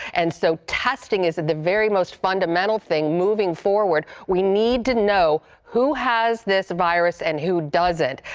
and so testing is the very most fundamental thing moving forward. we need to know who has this virus and who doesn't.